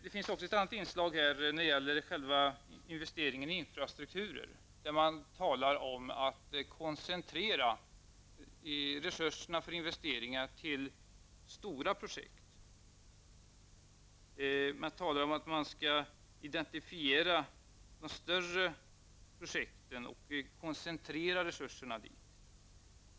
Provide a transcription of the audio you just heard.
Det finns ett annat inslag när det gäller själva investeringen i infrastrukturen. Där talar man om att koncentrera resurserna för investeringar till stora projekt. Man talar om att vi skall identifiera de större projekten och koncentrera resurserna dit.